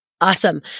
Awesome